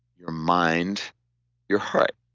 your mind your heart